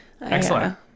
excellent